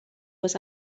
was